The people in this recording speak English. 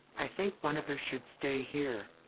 i think one of us should stay here.